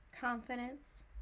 confidence